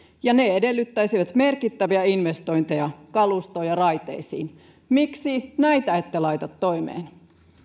ja ne edellyttäisivät merkittäviä investointeja kalustoon ja raiteisiin miksi näitä ette laita toimeen